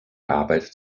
arbeit